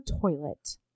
toilet